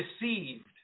deceived